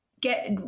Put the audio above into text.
get